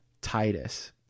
Titus